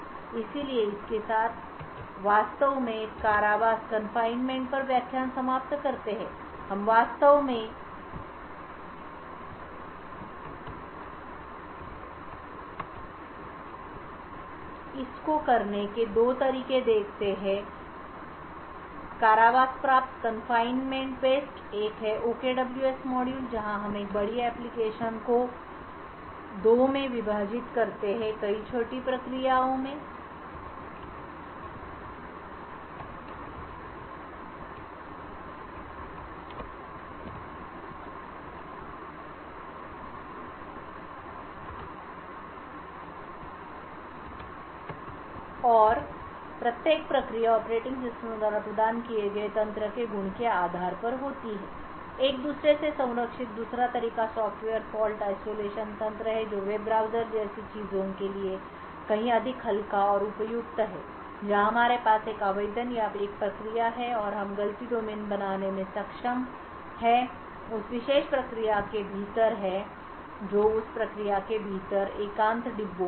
इसलिए इसके साथ हम वास्तव में कारावास पर व्याख्यान समाप्त करते हैं हम वास्तव में को करने के दो तरीके देखते हैं कारावासप्राप्त एक है OKWS मॉड्यूल जहां हम एक बड़ी एप्लिकेशन को कई छोटी प्रक्रिया ओं में विभाजित करते हैं और प्रत्येक प्रक्रिया ऑपरेटिंग सिस्टम द्वारा प्रदान किए गए तंत्र के गुण के आधार पर होती है एक दूसरे से संरक्षित दूसरा तरीका सॉफ्टवेयर फॉल्ट आइसोलेशन तंत्र है जो वेब ब्राउज़र जैसी चीजों के लिए कहीं अधिक हल्का और उपयुक्त है जहां हमारे पास एक आवेदन या एक प्रक्रिया है और हम गलती डोमेन बनाने में सक्षम उस विशेष प्रक्रिया के भीतरहैं जो उस प्रक्रिया के भीतर एकांत डिब्बों में हैं